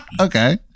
Okay